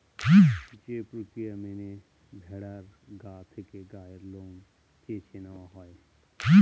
যে প্রক্রিয়া মেনে ভেড়ার গা থেকে গায়ের লোম চেঁছে নেওয়া হয়